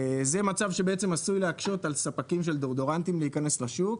זה מצב שבעצם עשוי להקשות על ספקים של דיאודורנטים להיכנס לשוק,